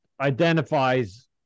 identifies